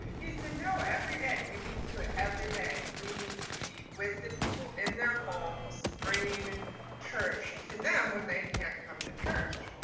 he said, no, every day we need to do it every day. we need to be with the people in their homes bringing church to them when they can't come to church.